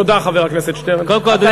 תודה, חבר הכנסת שטרן.